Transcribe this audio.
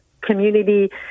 community